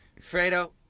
Fredo